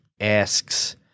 asks